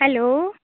hello